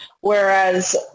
whereas